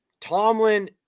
Tomlin